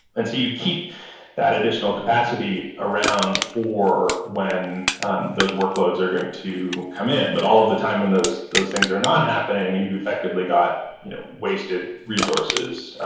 and so you keep that additional capacity around for when those workloads are going to come in, but all of the time when those those things are not happening, you effectively got you know wasted resources.